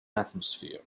atmosphere